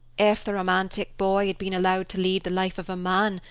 if the romantic boy had been allowed to lead the life of a man,